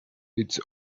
its